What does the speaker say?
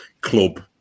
club